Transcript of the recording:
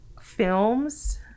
films